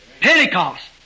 Pentecost